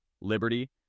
liberty